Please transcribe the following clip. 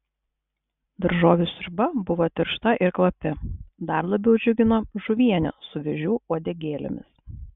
daržovių sriuba buvo tiršta ir kvapi dar labiau džiugino žuvienė su vėžių uodegėlėmis